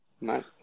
Nice